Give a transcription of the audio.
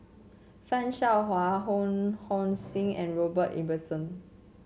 Fan Shao Hua Ho Hong Sing and Robert Ibbetson